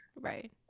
right